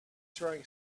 throwing